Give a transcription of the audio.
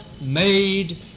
made